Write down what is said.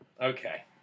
Okay